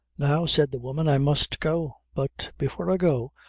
now, said the woman, i must go but before i go,